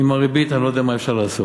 עם הריבית אני לא יודע מה אפשר לעשות.